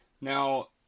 Now